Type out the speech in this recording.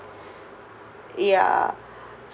ya